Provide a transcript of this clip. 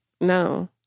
No